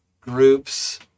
groups